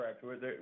correct